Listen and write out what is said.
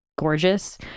gorgeous